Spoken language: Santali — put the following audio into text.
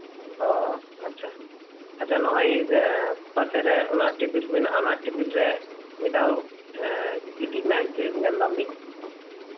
ᱚ ᱟᱪᱪᱷᱟ ᱟᱪᱪᱷᱟ ᱱᱚᱜᱼᱚᱭ ᱯᱟᱥᱮ ᱨᱮ ᱴᱮᱵᱤᱞ ᱢᱮᱱᱟᱜᱼᱟ ᱚᱱᱟ ᱴᱮᱵᱤᱞ ᱨᱮ ᱢᱤᱫ ᱫᱷᱟᱣ ᱜᱤᱛᱤᱡ ᱢᱮ ᱧᱮᱞ ᱞᱮᱢ ᱜᱤᱧ